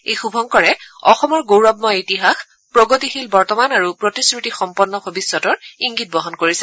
এই শুভংকৰে অসমৰ গৌৰৱময় ইতিহাস প্ৰগতিশীল বৰ্তমান আৰু প্ৰতিশ্ৰুতি সম্পন্ন ভৱিষ্যতৰ ইংগিত বহন কৰিছে